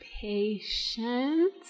patience